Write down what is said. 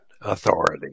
Authority